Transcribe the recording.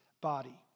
body